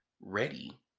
ready